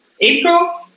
April